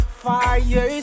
fire